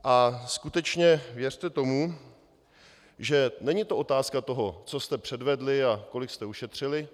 A skutečně věřte tomu, že to není otázka toho, co jste předvedli a kolik jste ušetřili.